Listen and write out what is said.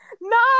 No